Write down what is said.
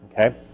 okay